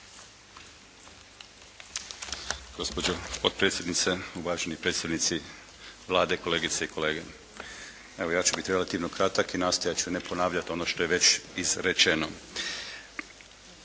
Gospođo potpredsjednice, uvaženi predstavnici Vlade, kolegice i kolege. Evo ja ću biti relativno kratak i nastojati ću ne ponavljati ono što je već rečeno.